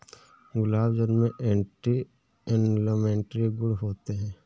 गुलाब जल में anti inflammatory गुण होते हैं